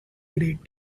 great